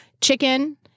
chicken